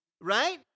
Right